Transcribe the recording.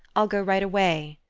i'll go right away!